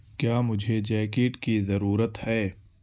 کیا مجھے جیکٹ کی ضرورت ہے